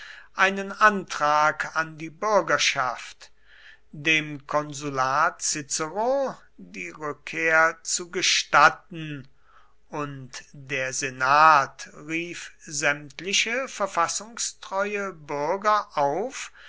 einen antrag an die bürgerschaft dem konsular cicero die rückkehr zu gestatten und der senat rief sämtliche verfassungstreue bürger auf